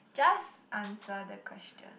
just answer the question